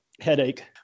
headache